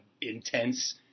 intense